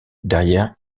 derrière